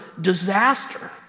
disaster